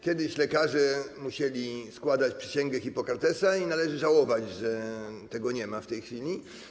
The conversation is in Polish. Kiedyś lekarze musieli składać przysięgę Hipokratesa i należy żałować, że tego nie ma w tej chwili.